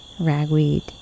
ragweed